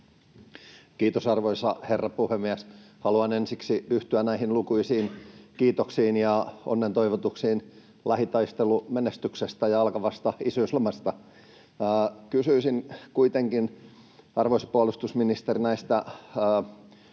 Kiitos, arvoisa herra puhemies! Haluan ensiksi yhtyä näihin lukuisiin kiitoksiin ja onnentoivotuksiin lähitaistelumenestyksestä ja alkavasta isyyslomasta. Kysyisin kuitenkin, arvoisa puolustusministeri, tästä kriisinhallinnan